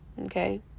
Okay